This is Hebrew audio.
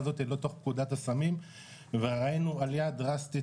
הזאת לתוך פקודת הסמים וראינו עלייה דראסטית,